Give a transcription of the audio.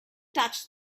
touched